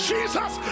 Jesus